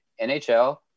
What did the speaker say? NHL